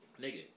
Nigga